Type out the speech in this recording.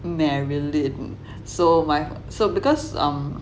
marilyn so my so because um